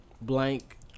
blank